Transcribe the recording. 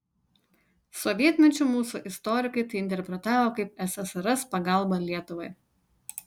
sovietmečiu mūsų istorikai tai interpretavo kaip ssrs pagalbą lietuvai